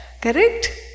correct